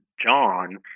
John